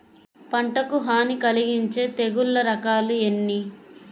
పంటకు హాని కలిగించే తెగుళ్ల రకాలు ఎన్ని?